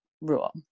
rule